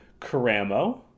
Caramo